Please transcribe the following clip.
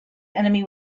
enemy